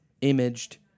imaged